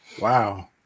Wow